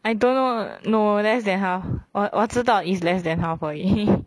I don't know no less than half 我我知道 is less than half 而已